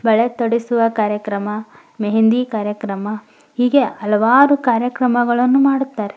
ಬಳೆ ತೊಡಿಸುವ ಕಾರ್ಯಕ್ರಮ ಮೆಹೆಂದಿ ಕಾರ್ಯಕ್ರಮ ಹೀಗೆ ಹಲವಾರು ಕಾರ್ಯಕ್ರಮಗಳನ್ನು ಮಾಡುತ್ತಾರೆ